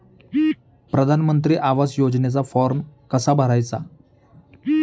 प्रधानमंत्री आवास योजनेचा फॉर्म कसा भरायचा?